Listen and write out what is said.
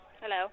Hello